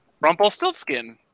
Rumpelstiltskin